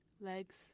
legs